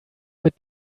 mit